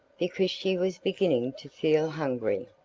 because she was beginning to feel hungry.